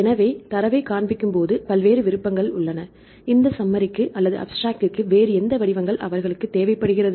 எனவே தரவைக் காண்பிக்கும் போது பல்வேறு விருப்பங்கள் உள்ளன இந்த சம்மரிக்கு அல்லது அபிஸ்ட்ராக்ட்டிற்கு வேறு எந்த வடிவங்கள் அவர்களுக்கு தேவைப்படுகிறது